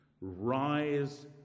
Rise